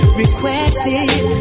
requested